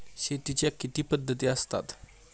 शेतीच्या किती पद्धती असतात?